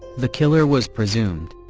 the killer was presumed,